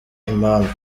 impamvu